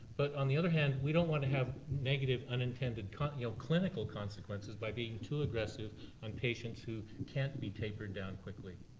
but on the other hand, we don't wanna have negative, unintended yeah ah clinical consequences by being too aggressive on patients who can't be tapered down quickly.